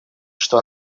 что